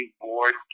board